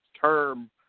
term